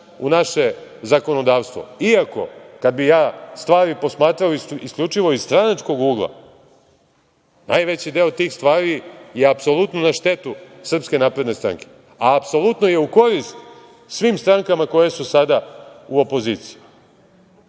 u naše zakonodavstvo, iako kad bi ja stvari posmatrao isključivo iz stranačkog ugla, najveći deo tih stvari je apsolutno na štetu SNS, a apsolutno je u korist svim strankama koje su sada u opoziciji